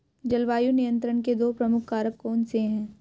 जलवायु नियंत्रण के दो प्रमुख कारक कौन से हैं?